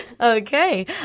okay